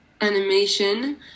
animation